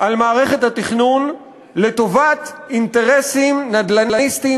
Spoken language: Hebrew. על מערכת התכנון לטובת אינטרסים נדל"ניסטיים